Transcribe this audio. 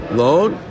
loan